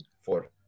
Four